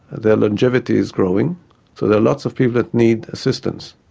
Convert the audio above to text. their longevity is growing, so there are lots of people that need assistance.